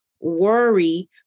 worry